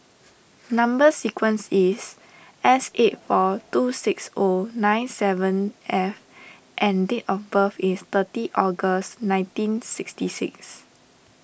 Number Sequence is S eight four two six O nine seven F and date of birth is thirtieth August nineteen sixty six